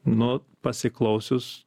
nu pasiklausius